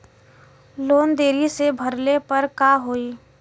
Loan देरी से भरले पर का होई?